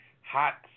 hot